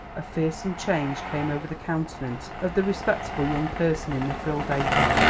a fearsome change came over the countenance of the respectable young person in the frilled apron.